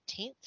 18th